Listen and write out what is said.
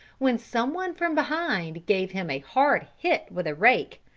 when someone from behind gave him a hard hit with a rake.